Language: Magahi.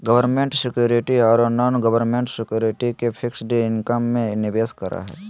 गवर्नमेंट सिक्युरिटीज ओरो नॉन गवर्नमेंट सिक्युरिटीज के फिक्स्ड इनकम में निवेश करे हइ